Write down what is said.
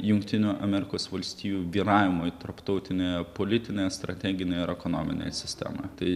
jungtinių amerikos valstijų vyravimui tarptautinę politinę strateginę ir ekonominę sistemą tai